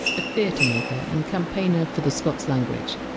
a theatre maker and campaigner for the scots language.